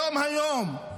היום, היום,